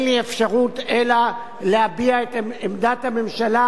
לי אפשרות אלא להביע את עמדת הממשלה,